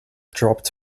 dropped